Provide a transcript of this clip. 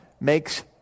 makes